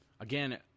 Again